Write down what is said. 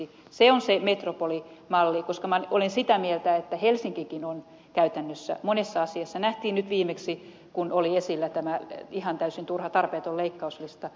se on se metropolimalli koska minä olen sitä mieltä että helsinkikin on käytännössä monessa asiassa aivan liian iso nähtiin viimeksi kun oli esillä tämä ihan täysin turha tarpeeton leikkauslista